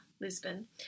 Lisbon